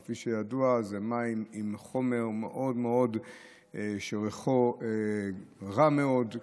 שכפי שידוע זה מים עם חומר שריחו רע מאוד,